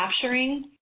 capturing